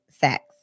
sex